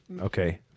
Okay